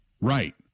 Right